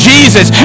Jesus